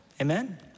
Amen